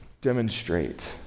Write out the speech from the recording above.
demonstrate